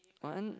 one